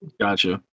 Gotcha